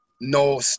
no